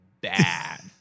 bad